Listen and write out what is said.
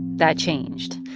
that changed.